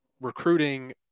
recruiting